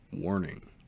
Warning